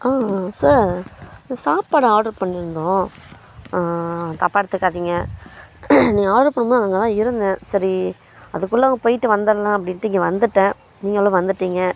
sir சாப்பாடு order பண்ணியிருந்தோம் தப்பாக எடுத்துக்காதீங்க நீங்க ஆர்ட்ரு பண்ணும்போது நான் அங்கேதான் இருந்தேன் சரி அதுக்குள்ளே அங்கே போயிட்டு வந்தடலாம் அப்படின்டு இங்கே வந்துட்டேன் நீங்களும் வந்துட்டீங்க